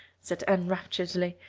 said anne rapturously.